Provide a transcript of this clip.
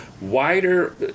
wider